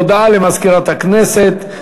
הודעה למזכירת הכנסת.